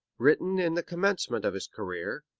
written in the commencement of his career,